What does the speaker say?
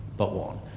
but one,